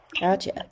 gotcha